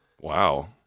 wow